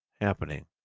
happening